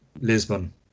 Lisbon